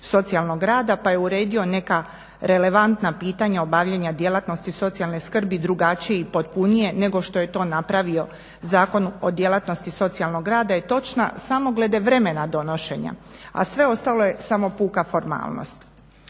socijalnog rada pa je uredio neka relevantna pitanja obavljanja djelatnosti socijalne skrbi drugačije i potpunije nego što je to napravio Zakon o djelatnosti socijalnog rada je točna samo glede vremena donošenja, a sve ostalo je samo puka formalnost.